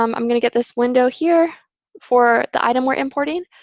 um i'm going to get this window here for the item we're importing.